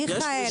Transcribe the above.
מיכאל,